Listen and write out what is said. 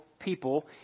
People